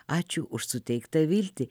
ačiū už suteiktą viltį